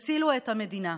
תצילו את המדינה.